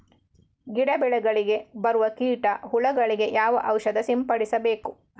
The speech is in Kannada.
ಗಿಡ, ಬೆಳೆಗಳಿಗೆ ಬರುವ ಕೀಟ, ಹುಳಗಳಿಗೆ ಯಾವ ಔಷಧ ಸಿಂಪಡಿಸಬೇಕು?